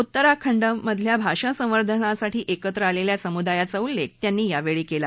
उत्तराखंडमधल्या भाषा सवंधानासाठी एकत्र आलेल्या समुदायाचा उल्लेख त्यांनी केला